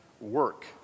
work